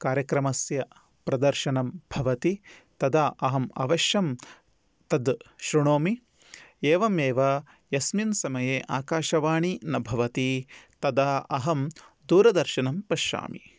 कार्यक्रमस्य प्रदर्शनं भवति तदा अहम् अवश्यं तत् शृणोमि एवमेव यस्मिन् समये आकाशवाणी न भवति तदा अहं दूरदर्शनं पश्यामि